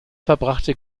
verbrachte